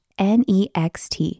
next